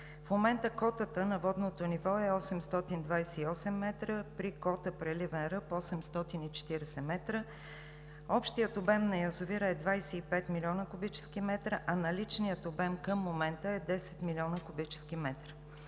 В момента котата на водното ниво е 828 метра, при кота преливен ръб 840 метра. Общият обем на язовира е 25 милиона кубически метра, а наличният обем към момента е 10 милиона кубически метра.